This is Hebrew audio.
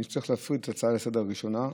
אני צריך להפריד את ההצעה לסדר-היום הראשונה,